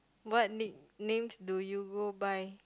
what nicknames do you go by